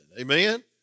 Amen